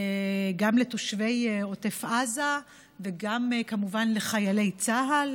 גם לתושבי עוטף עזה וגם כמובן לחיילי צה"ל,